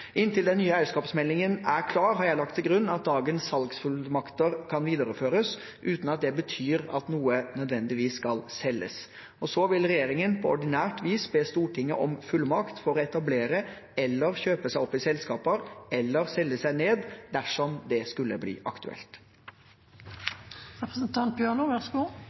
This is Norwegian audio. Inntil den nye eierskapsmeldingen er klar har jeg lagt til grunn at dagens salgsfullmakter kan videreføres, uten at det betyr at noe nødvendigvis skal selges. Så vil regjeringen på ordinært vis be Stortinget om fullmakt for å etablere eller kjøpe seg opp i selskaper eller selge seg ned, dersom det skulle bli